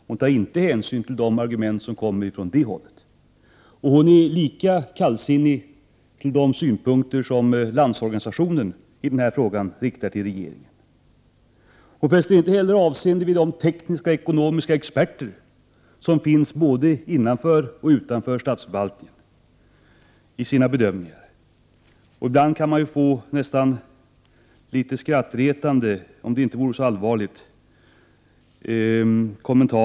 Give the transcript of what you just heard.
Hon tar inte hänsyn till de argument som kommer från det hållet. Och hon är lika kallsinnig till de synpunkter som Landsorganisationen i denna fråga riktar till regeringen. Hon fäster vid sina bedömningar inte heller avseende vid de tekniska och ekonomiska experter som finns både innanför och utanför statsförvaltningen. Ibland kan man, trots frågans allvar, få nästan skrattretande kommentarer från experterna.